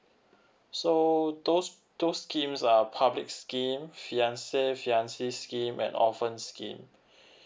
so those those scheme are public scheme fiance fiancee scheme and orphan scheme